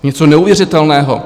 Něco neuvěřitelného.